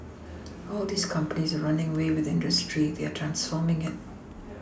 all these companies are running away with the industry they are transforming it